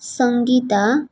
Sangeeta